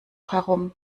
herum